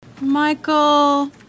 Michael